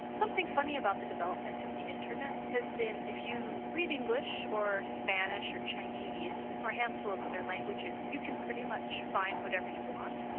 something funny about the development of the internet, has been if you read english or spanish or chinese, or a handful of other languages, you can pretty much find whatever you want,